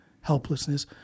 helplessness